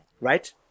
Right